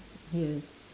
yes